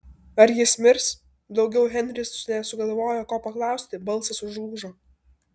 ar jis mirs daugiau henris nesugalvojo ko paklausti balsas užlūžo